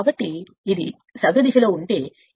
కాబట్టి మీరు సవ్యదిశలో ఉంటే ఇది అర్థం